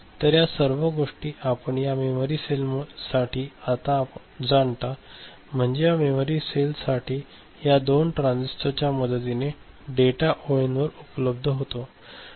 तर या सर्व गोष्टी आपण या मेमरी सेलला साठी आता जाणता म्हणजे या मेमरी सेल साठी या दोन ट्रांजिस्टर च्या मदतीने डेटा ओळींवर उपलब्ध होतो